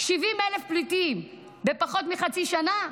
70,000 פליטים בפחות מחצי שנה,